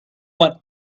want